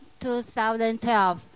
2012